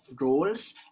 roles